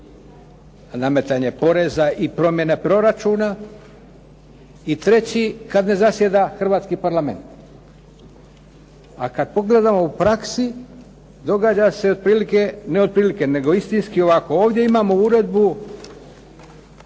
nametanje poreza i promjene proračuna i treći kad ne zasjeda hrvatski Parlament. A kad pogledamo u praksi događa se otprilike, ne otprilike nego istinski ovako, ovdje imamo uredbu